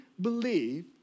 believe